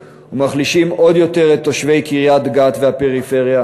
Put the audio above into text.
ומחלישים עוד יותר את תושבי קריית-גת והפריפריה,